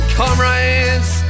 comrades